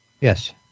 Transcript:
Yes